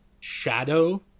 shadow